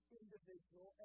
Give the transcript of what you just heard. individual